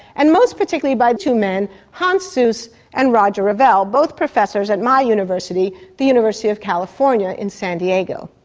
and most particularly by two men, hans seuss and roger revelle, both professors at my university, the university of california in san diego.